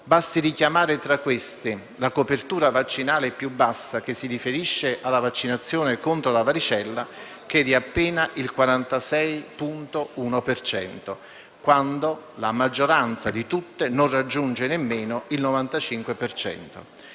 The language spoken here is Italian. Basti richiamare la copertura vaccinale più bassa, che si riferisce alla vaccinazione contro la varicella, pari ad appena il 46,1 per cento, mentre la maggioranza di tutte non raggiunge nemmeno il 95